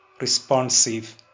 responsive